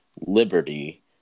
Liberty